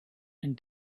and